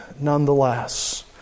nonetheless